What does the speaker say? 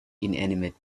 inanimate